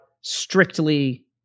strictly